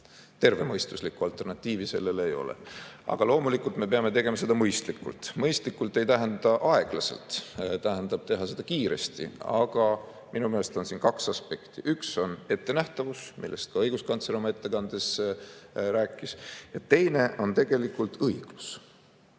Tervemõistuslikku alternatiivi sellele ei ole. Aga loomulikult me peame tegema seda mõistlikult. Mõistlikult ei tähenda aeglaselt. See tähendab teha seda kiiresti, aga minu meelest on siin kaks aspekti. Üks on ettenähtavus, millest ka õiguskantsler oma ettekandes rääkis, ja teine on tegelikult õiglus.